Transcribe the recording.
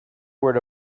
word